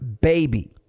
baby